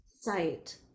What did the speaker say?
sight